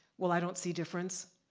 well, i don't see difference,